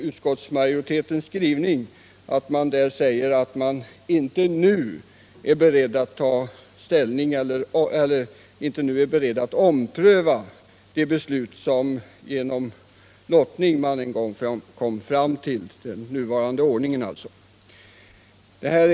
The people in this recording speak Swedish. Utskottet framhåller i sin skrivning att det inte nu är berett att ompröva sitt tidigare ställningstagande i frågan, dvs. detsamma som det som ligger bakom den nuvarande ordningen. Beslutet i kammaren skedde den gången genom lottning.